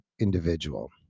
individual